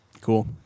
Cool